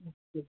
اچھا